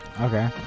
okay